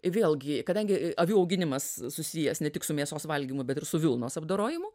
vėlgi kadangi avių auginimas susijęs ne tik su mėsos valgymu bet ir su vilnos apdorojimu